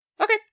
Okay